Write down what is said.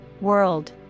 world